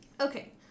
Okay